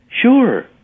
Sure